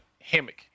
hammock